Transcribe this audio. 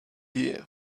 here